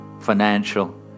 financial